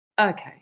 Okay